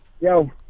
yo